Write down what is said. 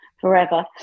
forever